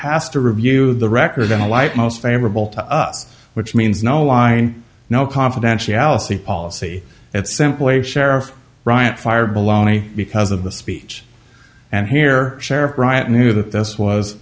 has to review the record in the light most favorable to us which means no line no confidentiality policy it's simple a sheriff bryant fire baloney because of the speech and here sheriff bryant knew that this was